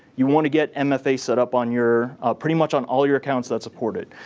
you want to get and mfa set up on your pretty much on all your accounts that's supported.